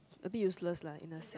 a bit useless lah in a sense